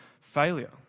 failure